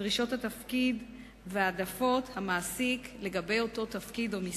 את דרישות התפקיד ואת העדפות המעסיק לגבי אותו תפקיד או משרה.